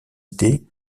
idées